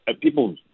people